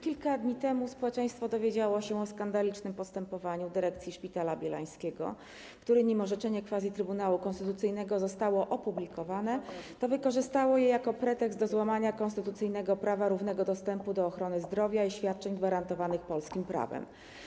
Kilka dni temu społeczeństwo dowiedziało się o skandalicznym postępowaniu dyrekcji Szpitala Bielańskiego, która - zanim orzeczenie quasi-Trybunału Konstytucyjnego zostało opublikowane - wykorzystała je jako pretekst do złamania konstytucyjnego prawa do równego dostępu do ochrony zdrowia i świadczeń gwarantowanych polskim prawem.